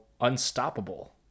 unstoppable